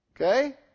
Okay